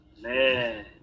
Man